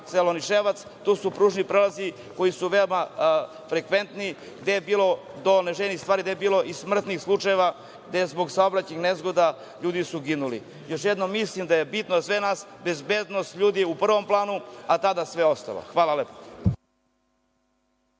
selo Niševac. Tu su pružni prelazi koji su veoma frekventni, gde je bilo neželjenih stvari, gde je bilo i smrtnih slučajeva, gde su zbog saobraćajnih nezgoda ljudi ginuli. Još jednom, mislim da je bitno za sve nas bezbednost ljudi, u prvom planu, a tada sve ostalo. Hvala lepo.